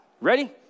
Ready